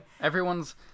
Everyone's